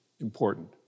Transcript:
important